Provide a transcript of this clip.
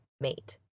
mate